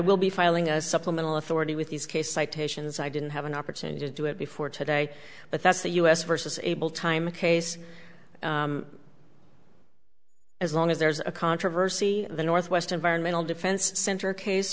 will be filing a supplemental authority with these case citations i didn't have an opportunity to do it before today but that's the us versus abel time case as long as there's a controversy the northwest environmental defense center case